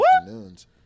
afternoons